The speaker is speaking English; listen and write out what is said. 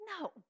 No